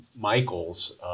Michael's